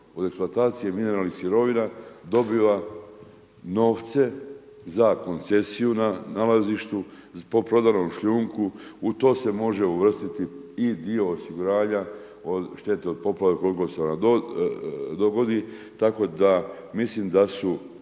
od eksploatacije mineralnih sirovina dobiva novce za koncesiju na nalazištu, po prodanom šljunku. U to se može uvrstiti i dio osiguranja od štete od poplava koliko se ona dogodi, tako da mislim da su